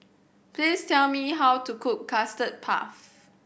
please tell me how to cook Custard Puff